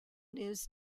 news